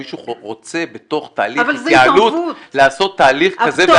אם מישהו רוצה בתוך תהליך התייעלות לעשות תהליך כזה ואחר.